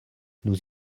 nous